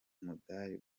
umudali